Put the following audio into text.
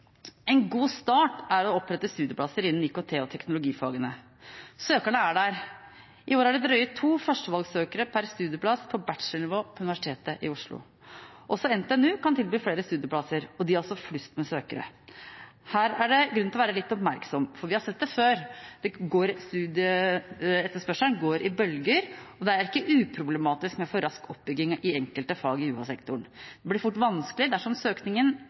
En god start er å opprette studieplasser innen IKT- og teknologifagene. Søkerne er der. I år er det drøye to førstevalgssøkere per studieplass på bachelornivå ved Universitetet i Oslo. Også NTNU kan tilby flere studieplasser, og også de har flust med søkere. Her er det grunn til å være litt oppmerksom, for vi har sett det før: Studieetterspørselen går i bølger, og det er ikke uproblematisk med for rask oppbygging i enkelte fag i UH-sektoren. Det blir fort vanskelig dersom søkningen